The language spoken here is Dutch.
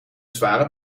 zware